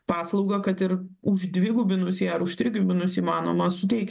paslaugą kad ir uždvigubinus ją ar užtrigubinus įmanoma suteikt